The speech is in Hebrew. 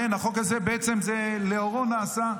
החוק הזה בעצם נעשה לאורו.